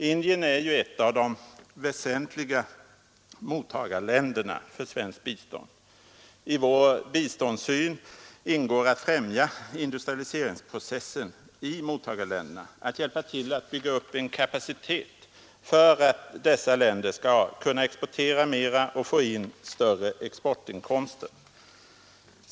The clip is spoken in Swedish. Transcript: Indien är ju ett av de väsentliga mottagarländerna för svenskt bistånd. I vår biståndssyn ingår att främja industrialiseringsprocessen i mottagarländerna, att hjälpa till att bygga upp en kapacitet för att dessa länder skall kunna exportera mera och få in större exportinkomster.